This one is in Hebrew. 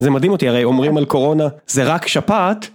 זה מדהים אותי, הרי אומרים על קורונה, זה רק שפעת.